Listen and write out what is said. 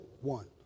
One